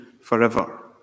forever